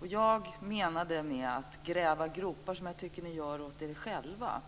Det jag menade med att gräva gropar, som jag tycker att ni gör år er själva,